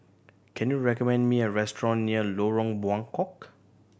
can you recommend me a restaurant near Lorong Buangkok